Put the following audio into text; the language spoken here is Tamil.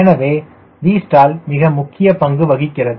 எனவே Vstall மிக முக்கிய பங்கு வகிக்கிறது